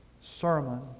sermon